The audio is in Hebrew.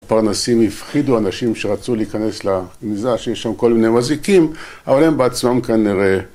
הפרנסים הפחידו אנשים שרצו להיכנס לגניזה, שיש שם כל מיני מזיקים, אבל הם בעצמם כנראה...